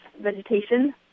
vegetation